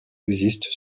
existe